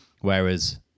whereas